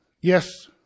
Yes